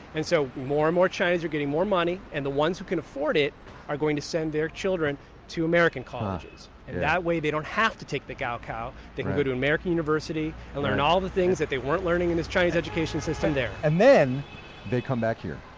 and so more and more chinese are getting more money, and the ones who can afford it are going to send their children to american colleges and that way they don't have to take the gao kao. they can go to an american university and learn all the things that they weren't learning in this chinese education system there and then they come back here?